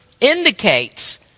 indicates